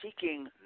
seeking